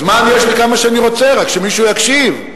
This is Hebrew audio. זמן יש כמה שאני רוצה, רק שמישהו יקשיב.